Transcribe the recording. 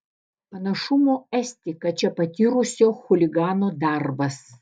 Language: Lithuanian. panašumo esti kad čia patyrusio chuligano darbas